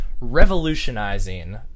revolutionizing